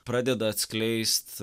pradeda atskleist